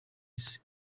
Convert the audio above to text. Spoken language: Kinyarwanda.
isi